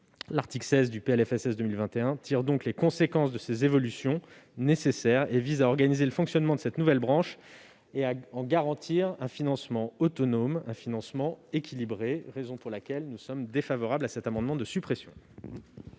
L'article 16 du PLFSS 2021 tire donc les conséquences de ces évolutions nécessaires. Il vise à organiser le fonctionnement de cette nouvelle branche et à en garantir un financement autonome équilibré. C'est la raison pour laquelle nous sommes défavorables à sa suppression.